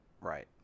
Right